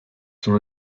son